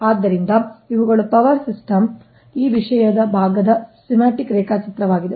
ಆದ್ದರಿಂದ ಇವುಗಳು power system ಈ ವಿಷಯದ ಭಾಗದ ಸ್ಕಿಸ್ಮ್ಯಾಟಿಕ್ ರೇಖಾಚಿತ್ರವಾಗಿದೆ